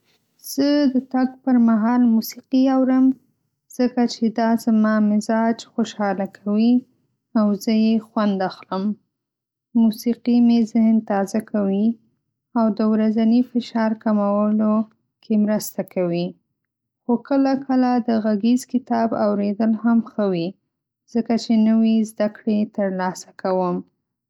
زه د تګ پرمهال موسیقي اورم ځکه چې دا زما مزاج خوشحاله کوي او زه یې له خوند اخلم. موسیقي مې ذهن تازه کوي او د ورځني فشار کمولو کې مرسته کوي. خو کله کله د غږیز کتاب اورېدل هم ښه وي ځکه چې نوې زده کړې ترلاسه کوم.